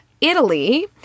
Italy